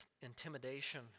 intimidation